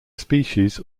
species